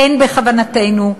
אין בכוונתנו,